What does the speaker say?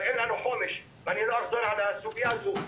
אבל אין לנו חומש ואני לא אחזור על הסוגייה הזו.